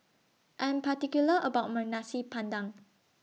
I Am particular about My Nasi Padang